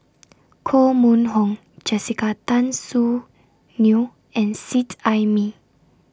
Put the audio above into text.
Koh Mun Hong Jessica Tan Soon Neo and Seet Ai Mee